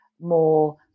more